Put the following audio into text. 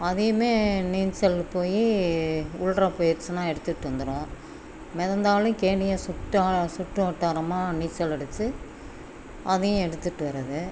அதையுமே நீச்சல் போய் உள்ளார போய்ருச்சுன்னா எடுத்துகிட்டு வந்துடுவோம் மிதந்தாலும் கேணியை சுட்டு சுற்றுவட்டாரமாக நீச்சல் அடித்து அதையும் எடுத்துகிட்டு வர்றது